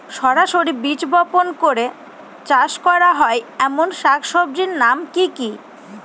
সরাসরি বীজ বপন করে চাষ করা হয় এমন শাকসবজির নাম কি কী?